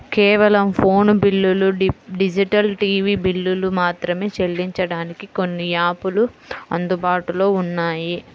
కేవలం ఫోను బిల్లులు, digital TV బిల్లులు మాత్రమే చెల్లించడానికి కొన్ని యాపులు అందుబాటులో ఉన్నాయి